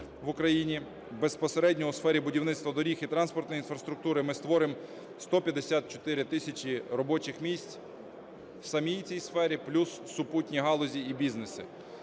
в Україні, безпосередньо у сфері будівництва доріг і транспортної інфраструктури ми створимо 154 тисячі робочих місць в самій цій сфері, плюс супутні галузі і бізнеси.